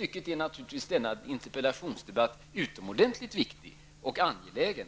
I det avseendet är denna interpellationsdebatt naturligtvis utomordentlig viktig och angelägen.